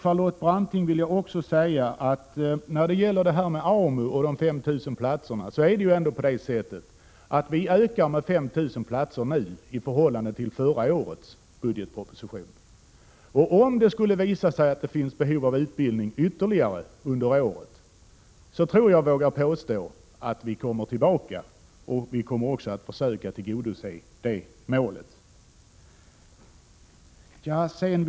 När det gäller AMU och de 5 000 platserna vill jag säga till Charlotte Branting att det är ändå på det sättet att vi föreslår en ökning med 5 000 platser nu i förhållande till förra årets budgetproposition. Om det skulle visa sig att det finns ytterligare behov av utbildning under året, så tror jag mig våga påstå att vi kommer tillbaka för att försöka tillgodose det behovet.